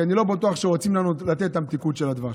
כי אני לא בטוח שרוצים לתת לנו את המתיקות של הדבש.